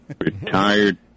retired